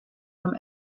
from